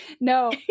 No